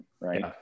right